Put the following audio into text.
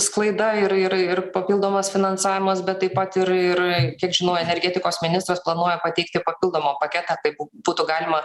sklaida ir ir ir papildomas finansavimas bet taip pat ir ir kiek žinau energetikos ministras planuoja pateikti papildomą paketą kaip būtų galima